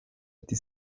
ati